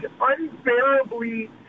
unbearably